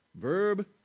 Verb